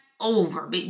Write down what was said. over